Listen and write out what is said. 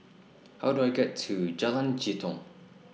How Do I get to Jalan Jitong